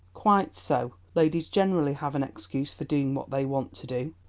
quite so, ladies generally have an excuse for doing what they want to do.